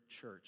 church